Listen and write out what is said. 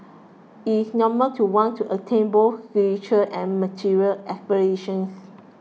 it is normal to want to attain both spiritual and material aspirations